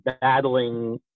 battling